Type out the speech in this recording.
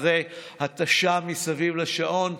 אחרי התשה מסביב לשעון,